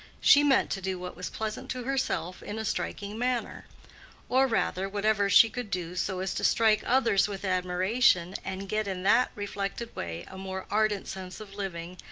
she meant to do what was pleasant to herself in a striking manner or rather, whatever she could do so as to strike others with admiration and get in that reflected way a more ardent sense of living,